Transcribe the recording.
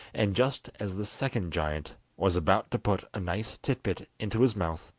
and just as the second giant was about to put a nice tit-bit into his mouth,